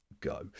go